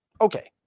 Okay